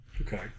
Okay